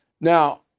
Now